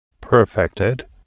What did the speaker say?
perfected